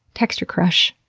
text your crush.